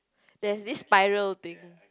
there's this spiral thing